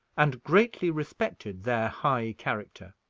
and greatly respected their high character.